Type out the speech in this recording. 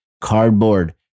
cardboard